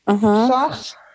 sauce